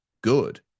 good